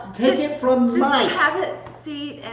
take it from mike have a seat.